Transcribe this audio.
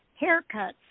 Haircuts